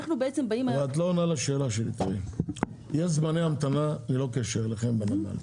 יש זמני המתנה בנמל ללא קשר אליכם.